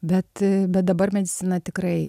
bet bet dabar medicina tikrai